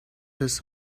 his